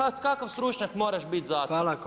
A kakav stručnjak moraš bit za to.